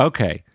Okay